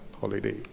holiday